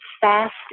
fast